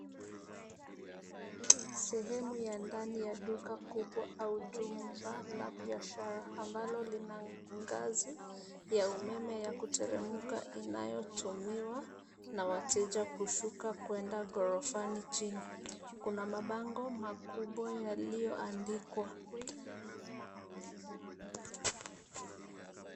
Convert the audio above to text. Sehemu ya ndani ya duka kubwa au jumba la biashara ambalo lina ngazi ya umeme ya kuteremka inayotumiwa na wateja kushuka kuenda ghorofani chini. Kuna mabango makubwa yaliyoandikwa.